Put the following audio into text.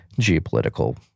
geopolitical